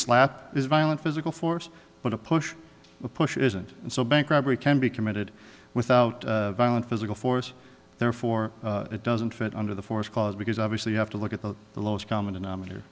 slap is violent physical force but a push push isn't and so bank robbery can be committed without violent physical force therefore it doesn't fit under the force cause because obviously you have to look at the lowest common denominator